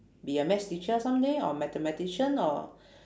be a maths teacher someday or mathematician or